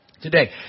today